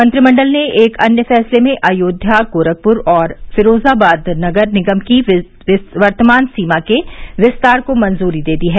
मंत्रिमंडल ने एक अन्य फैसले में अयोध्या गोरखपुर और फिरोजाबाद नगर निगम की वर्तमान सीमा के विस्तार को मंजूरी दे दी है